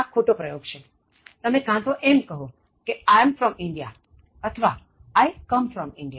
આ ખોટો પ્રયોગ છેતમે કાં તો એમ કહો કે I'm from India અથવા I come from India